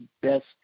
best